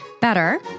better